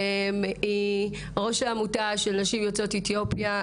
היא ראש העמותה של נשים יוצאות אתיופיה,